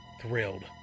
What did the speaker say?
thrilled